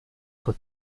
for